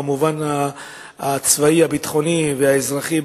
במובן הצבאי הביטחוני והאזרחי,